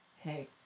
hey